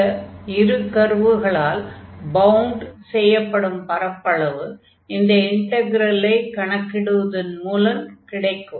இந்த இரு கர்வுகளால் பவுண்ட் செய்யப்படும் பரப்பளவு இந்த இன்டக்ரலை கணக்கிடுவதன் மூலம் கிடைக்கும்